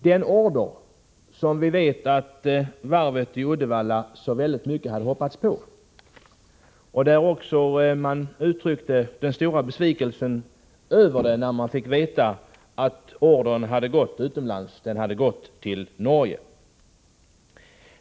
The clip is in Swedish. Den ordern hade varvet i Uddevalla hoppats på, och man uttryckte stor besvikelse när man fick veta att den gått utomlands, till Norge.